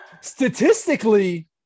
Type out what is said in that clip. statistically